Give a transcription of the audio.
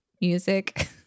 Music